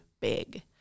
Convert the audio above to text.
big